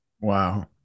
Wow